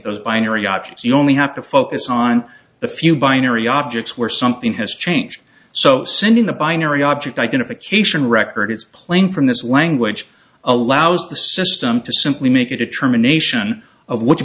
those binary objects you only have to focus on the few binary objects were something has changed so soon in the binary object identification records playing from this language allows the system to simply make a determination of which